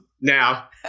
Now